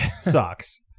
sucks